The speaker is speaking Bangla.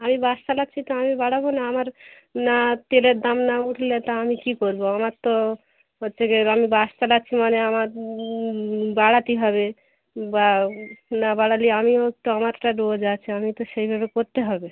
আমি বাস চালাছি তো আমি বাড়াবো না আমার না তেলের দাম না উঠলে তো আমি কি করবো আমার তো ওর থেকে আমি বাস চালাচ্ছি মানে আমার বাড়াতেই হবে বা না বাড়ালে আমিও তো আমারটা রোজ আছে আমি তো সেইভাবে করতে হবে